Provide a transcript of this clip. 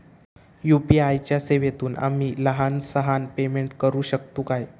UPI च्या सेवेतून आम्ही लहान सहान पेमेंट करू शकतू काय?